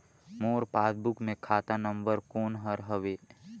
मोर passbook मे खाता number कोन हर हवे?